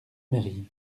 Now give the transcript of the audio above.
mairie